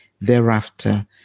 thereafter